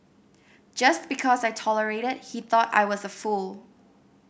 just because I tolerated he thought I was a fool